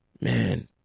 man